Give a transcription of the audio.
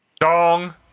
Dong